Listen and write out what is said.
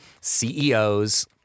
CEOs –